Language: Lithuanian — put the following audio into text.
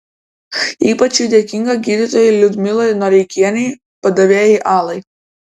ypač ji dėkinga gydytojai liudmilai noreikienei padavėjai alai